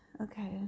okay